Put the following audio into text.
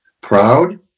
proud